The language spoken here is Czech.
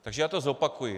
Takže já to zopakuji.